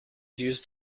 used